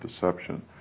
deception